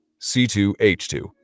C2H2